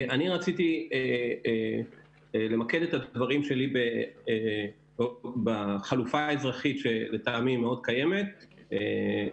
אני רציתי למקד את הדברים שלי בחלופה אזרחית שלדעתי קיימת מאוד,